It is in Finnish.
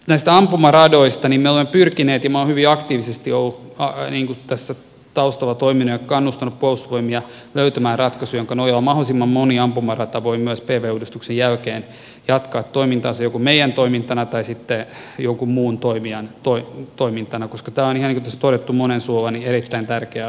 me olemme pyrkineet minä olen hyvin aktiivisesti taustalla toiminut ja kannustanut puolustusvoimia löytämään ratkaisun jonka nojalla mahdollisimman moni ampumarata voi myös pv uudistuksen jälkeen jatkaa toimintaansa joko meidän toimintanamme tai sitten jonkun muun toimijan toimintana koska tämä on ihan niin kuin tässä on todettu monen suulla erittäin tärkeä asia